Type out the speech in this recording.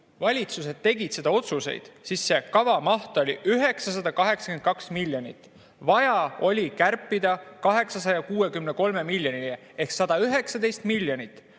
valitsused tegid neid otsuseid, siis see kava maht oli 982 miljonit. Vaja oli kärpida 863 miljonini ehk 119 miljonit,